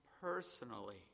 personally